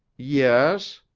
yes?